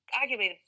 arguably